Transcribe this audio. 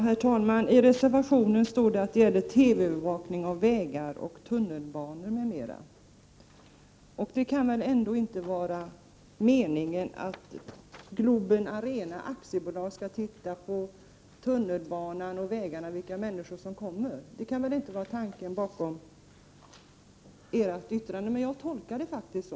Herr talman! Det står i reservationen att det är fråga om medel för TV-övervakning av vägar, tunnelbanor m.m. Det kan väl ändå inte vara meningen att Stockholm Globen Arena AB skall övervaka vägar och tunnelbanor för att se vilka människor som kommer. Det kan väl inte vara tanken bakom reservanternas yttrande, men jag tolkar det faktiskt så.